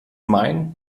mein